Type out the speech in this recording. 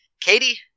Katie